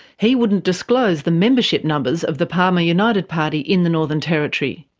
he wouldn't disclose the membership numbers of the palmer united party in the northern territory.